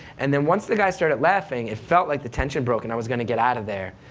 and then once the guy started laughing, it felt like the tension broke and i was going to get out of there,